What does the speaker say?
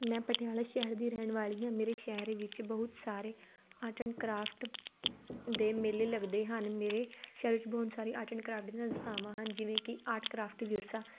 ਮੈਂ ਪਟਿਆਲੇ ਸ਼ਹਿਰ ਦੀ ਰਹਿਣ ਵਾਲੀ ਹਾਂ ਮੇਰੇ ਸ਼ਹਿਰ ਵਿੱਚ ਬਹੁਤ ਸਾਰੇ ਆਰਟ ਐਂਡ ਕ੍ਰਾਫਟ ਦੇ ਮੇਲੇ ਲੱਗਦੇ ਹਨ ਮੇਰੇ ਸ਼ਹਿਰ ਵਿੱਚ ਬਹੁਤ ਸਾਰੇ ਆਰਟ ਐਂਡ ਕ੍ਰਾਫਟ ਦੀਆਂ ਸੰਸਥਾਵਾਂ ਹਨ ਜਿਵੇਂ ਕਿ ਆਰਟ ਕ੍ਰਾਫਟੀ ਵਿਰਸਾ